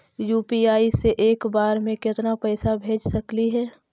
UPI से एक बार मे केतना पैसा भेज सकली हे?